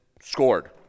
scored